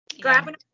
grabbing